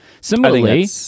Similarly